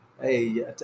Hey